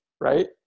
Right